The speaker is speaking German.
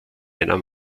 einer